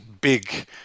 big